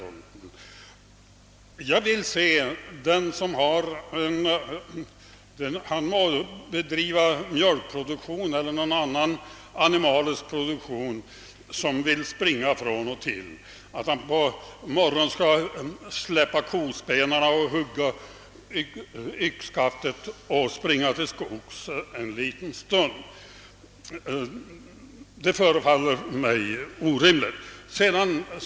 Jag skulle vilja se den som bedriver mjölkproduktion eller annan animalieproduktion springa från och till: på morgonen skulle han släppa kospenarna för att ta yxa och springa till skogs en liten stund. Det förefaller mig orimligt att man skulle göra på det sättet.